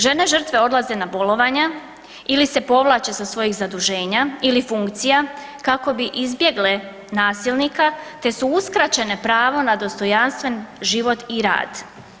Žene žrtve odlaze na bolovanja ili povlače sa svojih zaduženja ili funkcija kako bi izbjegle nasilnika te su uskraćene pravo na dostojanstven život i rad.